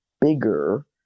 bigger